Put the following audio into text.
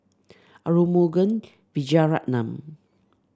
Arumugam Vijiaratnam